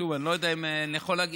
ושוב, אני לא יודע אם אני יכול להגיד,